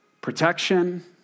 protection